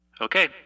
Okay